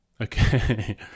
Okay